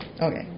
Okay